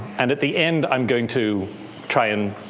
and at the end i'm going to try and